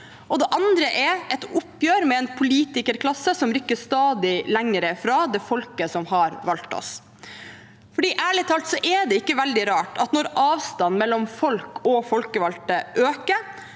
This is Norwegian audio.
det andre er et oppgjør med en politikerklasse som rykker stadig lenger fra det folket som har valgt oss. For det er ærlig talt ikke veldig rart: Når avstanden mellom folk og folkevalgte øker,